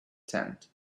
tent